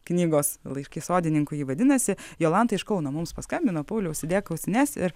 knygos laiškai sodininkui ji vadinasi jolanta iš kauno mums paskambino poliau užsidėk ausines ir